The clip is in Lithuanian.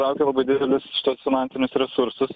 laukia labai didelis finansinius resursus